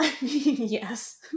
yes